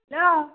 hello